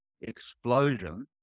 explosion